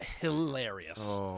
Hilarious